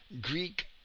Greek